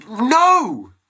No